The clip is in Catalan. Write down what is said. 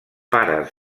pares